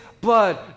blood